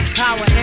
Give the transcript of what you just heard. power